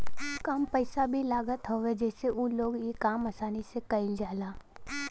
कम पइसा भी लागत हवे जसे उ लोग इ काम आसानी से कईल जाला